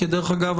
כי דרך אגב,